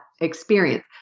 experience